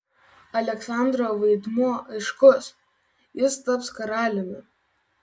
aleksandro vaidmuo aiškus jis taps karaliumi